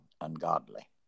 ungodly